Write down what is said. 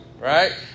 right